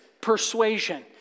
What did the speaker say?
persuasion